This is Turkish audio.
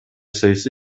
sayısı